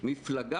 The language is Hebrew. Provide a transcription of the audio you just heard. מיקי